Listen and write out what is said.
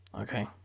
okay